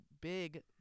big